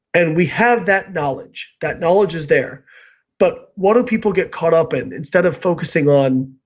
and we have that knowledge, that knowledge is there but what do people get caught up in instead of focusing on